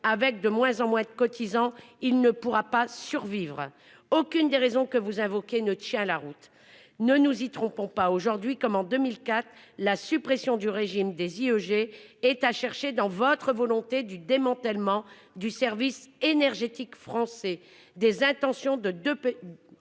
de moins en moins de cotisants ? Ce régime ne pourra pas survivre. Aucune des raisons que vous invoquez ne tient donc la route. Ne nous y trompons pas : aujourd'hui comme en 2004, la suppression du régime des IEG est à chercher dans votre volonté de démantèlement du service énergétique français, c'est-à-dire dans